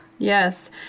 Yes